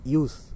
use